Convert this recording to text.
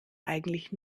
eigentlich